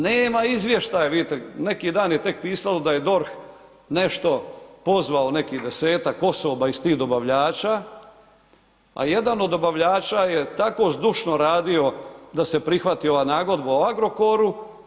Nema izvještaja vidite, neki dan je tek pisalo da je DORH nešto pozvao nekih 10-ak osoba iz tih dobavljača a jedan od dobavljača je tako zdušno radio da se prihvati ova nagodba o Agrokoru.